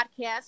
podcast